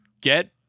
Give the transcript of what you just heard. get